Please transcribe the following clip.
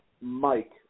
mike